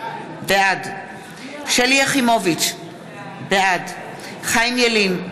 בעד שלי יחימוביץ, בעד חיים ילין,